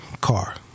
car